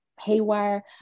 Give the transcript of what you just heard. haywire